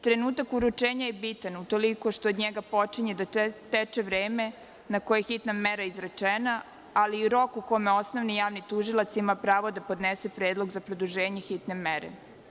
Trenutak uručenja je bitan utoliko što od njega počinje da teče vreme na koje je hitna mera izrečena, ali i rok u kome osnovni javni tužilac ima pravo da podnese predlog za produženje hitne mere.